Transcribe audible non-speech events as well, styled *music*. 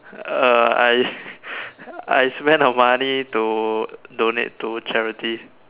uh I *laughs* I spend my money to donate to charity